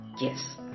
Yes